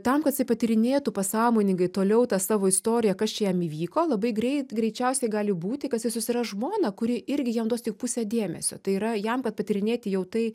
tam kad jisai patyrinėtų pasąmoningai toliau tą savo istoriją kas čia jam įvyko labai greit greičiausiai gali būti kad jisai susiras žmoną kuri irgi jam duos tik pusę dėmesio tai yra jam kad patyrinėti jau tai